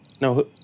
No